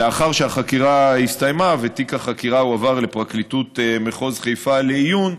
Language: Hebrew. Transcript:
לאחר שהסתיימה החקירה ותיק החקירה הועבר לפרקליטות מחוז חיפה לעיון,